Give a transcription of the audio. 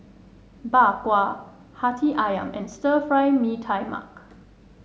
Bak Kwa Hati ayam and Stir Fried Mee Tai Mak